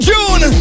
June